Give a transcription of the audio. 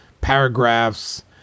paragraphs